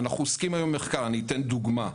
אנחנו עוסקים היום במחקר, אני אתן דוגמה.